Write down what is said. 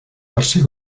tercer